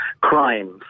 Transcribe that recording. crimes